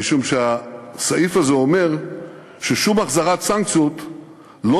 משום שהסעיף הזה אומר ששום החזרת סנקציות לא